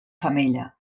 femella